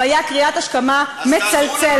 הוא היה קריאת השכמה מצלצלת,